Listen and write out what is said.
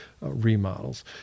remodels